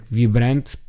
vibrante